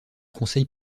conseil